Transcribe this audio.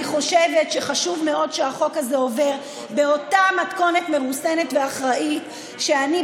אני חושבת שחשוב מאוד שהחוק הזה עובר באותה מתכונת מרוסנת ואחראית שאני,